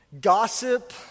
Gossip